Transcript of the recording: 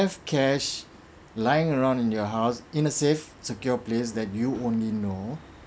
have cash lying around in your house in a safe secure place that you only know